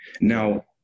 Now